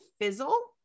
fizzle